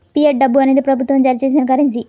fiat డబ్బు అనేది ప్రభుత్వం జారీ చేసిన కరెన్సీ